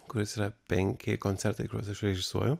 kuris yra penki koncertai kuriuos aš režisuoju